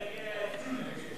מצביעים.